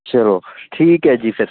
ਚਲੋ ਠੀਕ ਹੈ ਜੀ ਫਿਰ